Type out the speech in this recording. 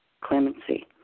clemency